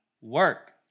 Work